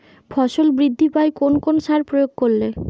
ফসল বৃদ্ধি পায় কোন কোন সার প্রয়োগ করলে?